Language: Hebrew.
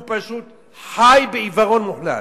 הוא פשוט חי בעיוורון מוחלט.